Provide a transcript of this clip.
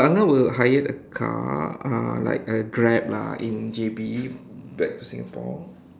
but angah will hire a car uh like a Grab lah in J_B back to Singapore